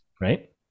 Right